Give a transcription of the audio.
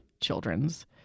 Children's